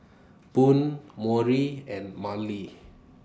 Boone Maury and Marlie